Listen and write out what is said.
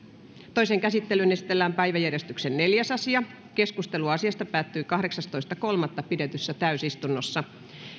toiseen käsittelyyn esitellään päiväjärjestyksen neljäs asia keskustelu asiasta päättyi kahdeksastoista kolmatta kaksituhattayhdeksäntoista pidetyssä täysistunnossa